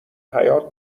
حیاط